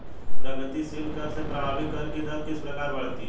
प्रगतिशील कर से प्रभावी कर की दर किस प्रकार बढ़ती है?